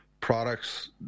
products